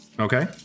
Okay